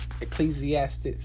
Ecclesiastes